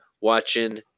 watching